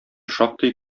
шактый